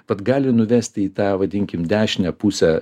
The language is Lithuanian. tad gali nuvesti į tą vadinkim dešinę pusę